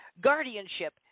Guardianship